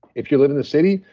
if you live in the city,